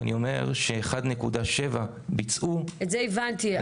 ואני אומר ש-1.7% ביצעו -- את זה הבנתי.